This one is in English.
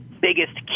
biggest